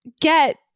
get